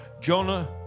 Jonah